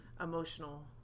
emotional